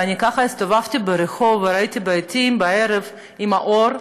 ואני הסתובבתי ברחוב וראיתי בתים בערב, עם האור,